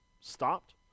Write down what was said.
stopped